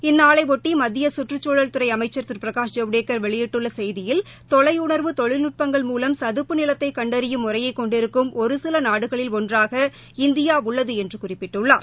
இந்நாளையொட்டி மத்திய சுற்றுச்சூழல்துறை அமைச்சர் திரு பிரகாஷ் ஜவடேக்கர் வெளியிட்டுள்ள செய்தியில் தொலையுணா்வு தொழில்நுட்பங்கள் மூலம் சதுப்பு நிலத்தை கண்டறியும் முறையை கொண்டிருக்கும் ஒருசில நாடுகளில் ஒன்றாக இந்தியா உள்ளது என்று குறிப்பிட்டுள்ளார்